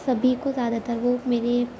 سبھی کو زیادہ تر وہ میرے